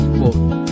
quote